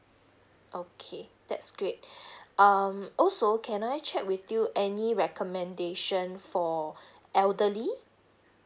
okay that's great um also can I check with you any recommendation for elderly